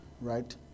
right